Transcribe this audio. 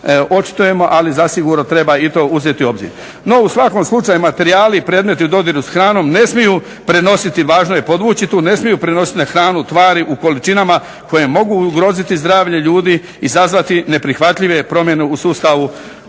očitujemo, ali zasigurno treba i to uzeti u obzir. No, u svakom slučaju materijali i predmeti u dodiru s hranom ne smiju prenositi, važno je podvući tu, ne smiju prenositi na hranu tvari u količinama koje mogu ugroziti zdravlje ljudi, izazvati neprihvatljive promjene u sustavu